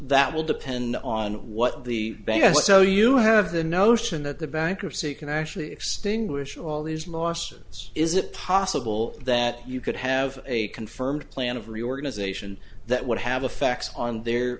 that will depend on what the best so you have the notion that the bankruptcy can actually extinguish all these mawson's is it possible that you could have a confirmed plan of reorganization that would have affects on their